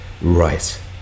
Right